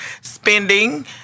spending